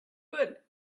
good